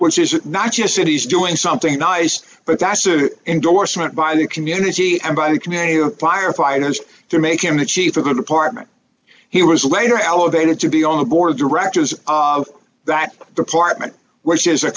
which is not just that he's doing something nice but that's an endorsement by the community and by the community of firefighters to make him the chief we're going to apartment he was later elevated to be on the board of directors of that department which is a